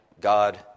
God